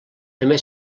també